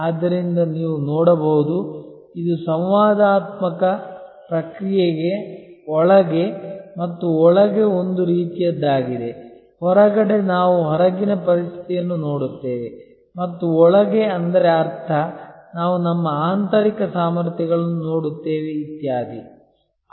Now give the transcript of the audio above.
ಆದ್ದರಿಂದ ನೀವು ನೋಡಬಹುದು ಇದು ಸಂವಾದಾತ್ಮಕ ಪ್ರಕ್ರಿಯೆಯ ಒಳಗೆ ಮತ್ತು ಒಳಗೆ ಒಂದು ರೀತಿಯದ್ದಾಗಿದೆ ಹೊರಗಡೆ ನಾವು ಹೊರಗಿನ ಪರಿಸ್ಥಿತಿಯನ್ನು ನೋಡುತ್ತೇವೆ ಮತ್ತು ಒಳಗೆ ಅಂದರೆ ಅರ್ಥ ನಾವು ನಮ್ಮ ಆಂತರಿಕ ಸಾಮರ್ಥ್ಯಗಳನ್ನು ನೋಡುತ್ತೇವೆ ಇತ್ಯಾದಿ